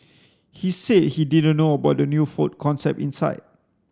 he said he didn't know about the new food concept inside